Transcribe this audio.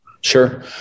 Sure